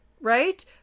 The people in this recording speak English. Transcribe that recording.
Right